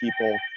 people